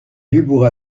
dubourg